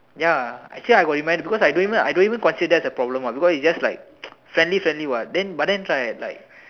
ya I say I got remind because I don't even I don't even even consider as a problem ah because it's just like friendly friendly [what] then but then it's like